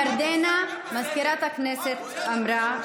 זה מה שירדנה מזכירת הכנסת אמרה,